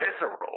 visceral